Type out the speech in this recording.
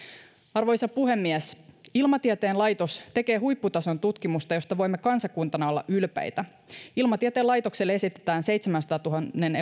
arvoisa puhemies ilmatieteen laitos tekee huipputason tutkimusta josta voimme kansakuntana olla ylpeitä ilmatieteen laitokselle esitetään seitsemänsadantuhannen